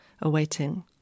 awaiting